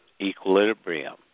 equilibrium